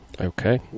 Okay